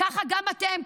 -- ככה גם אתם,